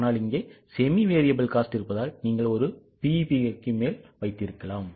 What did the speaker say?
ஆனால் இங்கே semi variable cost இருப்பதால் நீங்கள் ஒரு BEP களுக்கு மேல் வைத்திருக்கலாம்